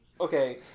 Okay